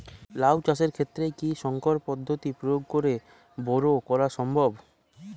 লাও চাষের ক্ষেত্রে কি সংকর পদ্ধতি প্রয়োগ করে বরো করা সম্ভব?